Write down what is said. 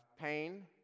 pain